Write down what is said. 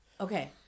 Okay